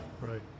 Right